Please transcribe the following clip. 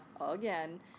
again